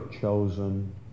chosen